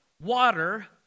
water